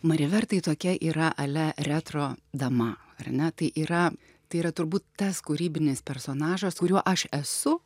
mari ver tai tokia yra ale retro dama ar ne tai yra tai yra turbūt tas kūrybinis personažas kuriuo aš esu